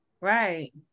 right